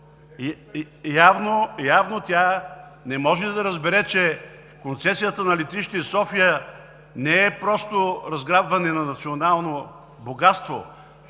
Явно тя не може да разбере, че концесията на летище София не е просто разграбване на национално богатство.